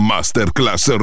Masterclass